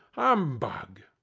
humbug!